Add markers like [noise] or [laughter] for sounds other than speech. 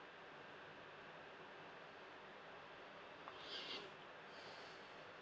[breath]